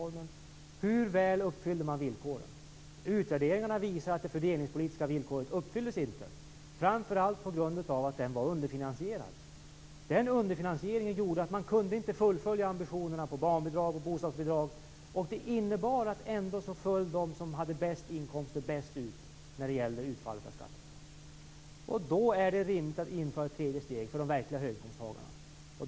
Hur väl uppfyllde man villkoren? Utvärderingarna visar att det fördelningspolitiska villkoret inte uppfylldes, framför allt på grund av att reformen var underfinansierad. Den underfinansieringen gjorde att man inte kunde fullfölja ambitionerna på barnbidrags och bostadsbidragsområdet, vilket innebar att det ändå var de som hade bäst inkomster som fick det bästa utfallet av skattereformen. Då är det rimligt att införa ett tredje steg för de verkliga höginkomsttagarna.